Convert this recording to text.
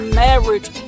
marriage